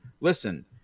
listen